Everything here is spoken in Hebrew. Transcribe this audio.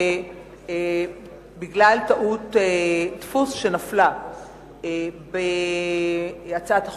שבגלל טעות דפוס שנפלה בהצעת החוק,